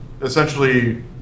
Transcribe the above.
essentially